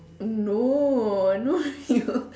hmm no no you